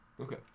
Okay